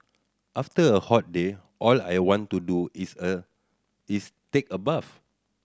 after a hot day all I want to do is a is take a bath